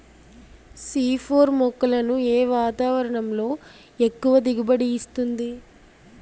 C four మొక్కలను ఏ వాతావరణంలో ఎక్కువ దిగుబడి ఇస్తుంది?